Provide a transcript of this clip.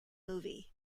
movie